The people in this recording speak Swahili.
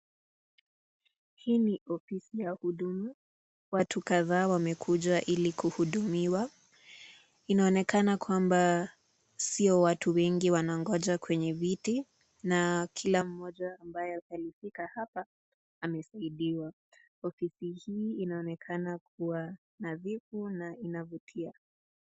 Hii ni ofisi ya huduma watu kadhaa wamekuja ili kuhudumiwa. Inaonekana kwamba sio watu wengi wanangoja kwenye viti na kila mmoja ambaye atalifika hapa amesaidiwa. Ofisi hii inaonekana kuwa na vivu na inavutia.